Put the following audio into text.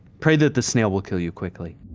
pray that the snail will kill you quickly.